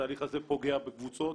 התהליך הזה פוגע בקבוצות,